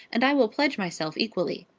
and i will pledge myself equally.